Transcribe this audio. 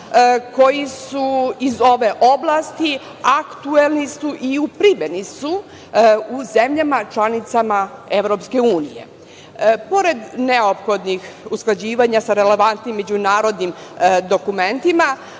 koji su iz ove oblasti, aktuelni su i u primeni su u zemljama članicama EU.Pored neophodnih usklađivanja sa relevantnim međunarodnim dokumentima